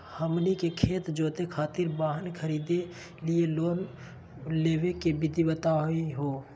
हमनी के खेत जोते खातीर वाहन खरीदे लिये लोन लेवे के विधि बताही हो?